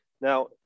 Now